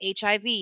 HIV